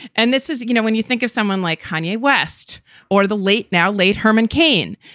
and this is you know, when you think of someone like kanye west or the late, now late herman cain,